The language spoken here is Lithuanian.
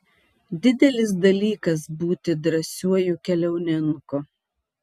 didelis dalykas būti drąsiuoju keliauninku